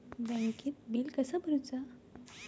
बँकेत बिल कसा भरुचा?